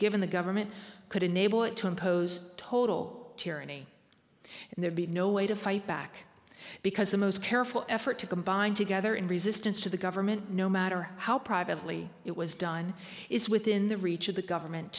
given the government could enable it to impose a total tyranny and there'd be no way to fight back because the most careful effort to combine together in resistance to the government no matter how privately it was done is within the reach of the government